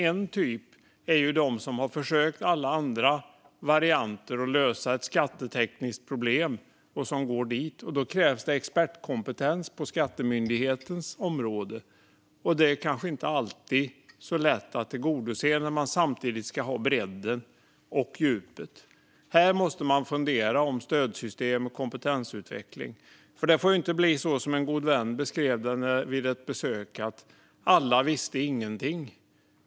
En typ är de som har försökt med alla andra varianter för att lösa ett skattetekniskt problem och som till slut går dit. Då krävs det expertkompetens på Skatteverkets område. Det är kanske inte alltid lätt att tillgodose när man samtidigt ska ha bredden och djupet. Man måste fundera på stödsystem och kompetensutveckling. Det får inte bli som en god vän beskrev det efter ett besök: Alla visste ingenting.